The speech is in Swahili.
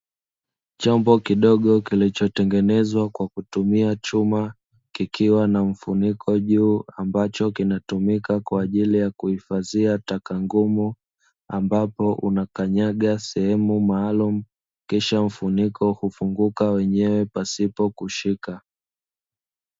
Chombo kidogo kilichotengenezwa kwa kutumia chuma, kikiwa na mfuniko juu ambacho kinatumika kwa ajili ya kuifadhia taka ngumu, ambapo unakanyaga sehemu maalumu kisha mfuniko hufunguka wenyewe pasipo kushika.